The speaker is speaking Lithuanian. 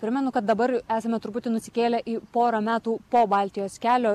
primenu kad dabar esame truputį nusikėlę į porą metų po baltijos kelio